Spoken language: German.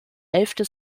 hälfte